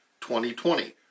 2020